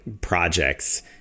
projects